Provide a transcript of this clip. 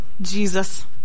Jesus